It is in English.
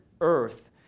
earth